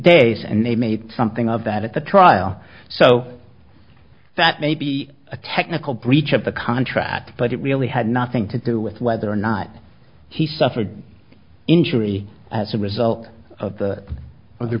days and they made something of that at the trial so that may be a technical breach of the contract but it really had nothing to do with whether or not he suffered injury as a result of the